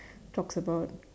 talks about